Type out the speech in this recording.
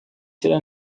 چرا